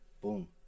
Boom